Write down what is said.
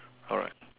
alright